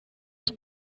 aus